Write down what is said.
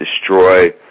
destroy